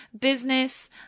Business